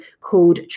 called